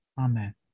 Amen